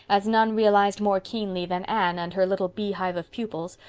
as none realized more keenly than anne and her little beehive of pupils,